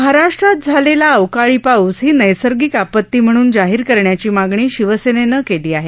महाराष्ट्रात झालेला अवकाळी पाऊस ही नैसर्गिक आपत्ती म्हणून जाहीर करण्याची मागणी शिवसेनेनं केली आहे